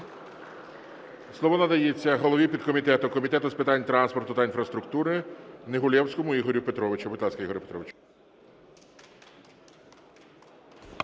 Слово надається голові підкомітету Комітету з питань транспорту та інфраструктури Негулевському Ігорю Петровичу. Будь ласка, Ігор Петрович.